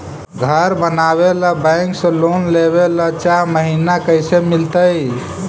घर बनावे ल बैंक से लोन लेवे ल चाह महिना कैसे मिलतई?